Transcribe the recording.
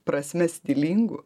prasme stilingu